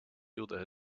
hielden